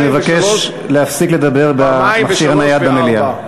אני מבקש להפסיק לדבר במכשיר הנייד במליאה.